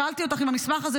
שאלתי אותך אם המסמך הזה,